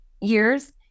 years